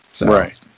Right